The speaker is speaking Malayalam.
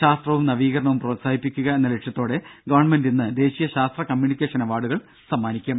ശാസ്ത്രവും നവീകരണവും പ്രോത്സാഹിപ്പിക്കുക എന്ന ലക്ഷ്യത്തോടെ ഗവണ്മെന്റ് ഇന്ന് ദേശീയ ശാസ്ത്ര കമ്മ്യൂണിക്കേഷൻ അവാർഡുകൾ സമ്മാനിക്കും